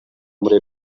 muri